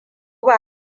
ba